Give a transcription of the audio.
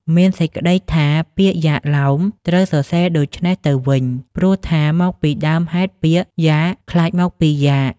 មានសេចក្ដីថាពាក្យ "យាក់ឡោម" ត្រូវសរសេរដូច្នេះទៅវិញ ព្រោះថាមកពីដើមហេតុពាក្យ យាក់ ក្លាយមកពី "យ៉ាក់"។